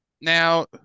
Now